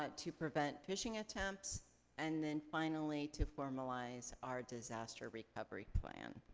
ah to prevent phishing attempts and then finally to formalize our disaster recovery plan.